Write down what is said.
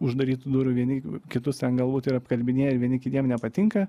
uždarytų durų vieni kitus ten galbūt ir apkalbinėja ir vieni kitiem nepatinka